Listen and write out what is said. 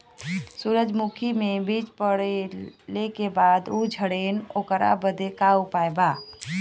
सुरजमुखी मे बीज पड़ले के बाद ऊ झंडेन ओकरा बदे का उपाय बा?